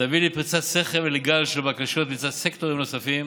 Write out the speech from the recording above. תביא לפריצת סכר ולגל של בקשות מצד סקטורים נוספים